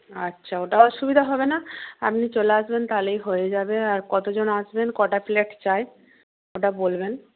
আচ্ছা ওটা অসুবিধা হবে না আপনি চলে আসবেন তাহলেই হয়ে যাবে আর কতজন আসবেন কটা প্লেট চাই ওটা বলবেন